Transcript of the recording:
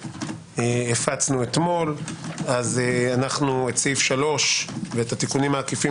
שהפצנו אתמול את סעיף 3 ואת התיקונים העקיפים